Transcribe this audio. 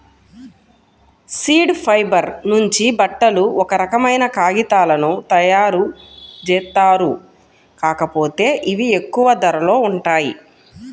seed fibre నుంచి బట్టలు, ఒక రకమైన కాగితాలను తయ్యారుజేత్తారు, కాకపోతే ఇవి ఎక్కువ ధరలో ఉంటాయి